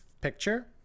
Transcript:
picture